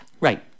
Right